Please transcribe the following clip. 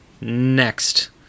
next